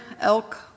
elk